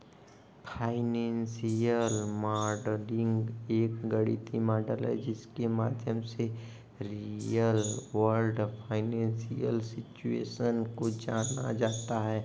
financial modelling एक गणितीय model है जिसके माध्यम से रियल वर्ल्ड फाइनेंशियल सिचुएशन को जाना जाता है